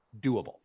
doable